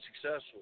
successful